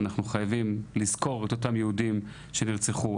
אנחנו חייבים לזכור את אותם ילדים שנרצחו,